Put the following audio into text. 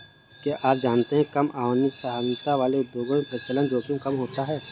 क्या आप जानते है कम मानवीय सहभागिता वाले उद्योगों में परिचालन जोखिम कम होता है?